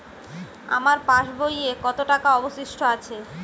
আমার পাশ বইয়ে কতো টাকা অবশিষ্ট আছে?